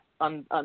on